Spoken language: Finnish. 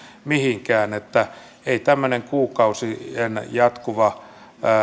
mihinkään ei tämmöistä kuukausien jatkuvaa